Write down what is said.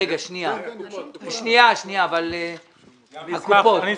קופת חולים